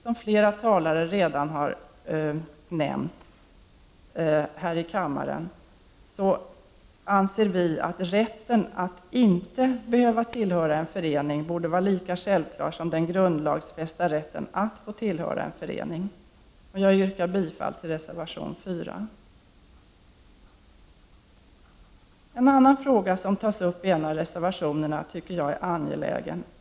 På samma sätt som tidigare talare nämnt anser vi att rätten att inte behöva tillhöra en förening borde vara lika självklar som den grundlagsfästa rätten att få tillhöra en förening. Jag yrkar bifall till reservation 4. En annan fråga som tas upp i en av reservationerna tycker jag är angelägen.